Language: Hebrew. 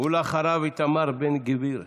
ואחריו, איתמר בן גביר.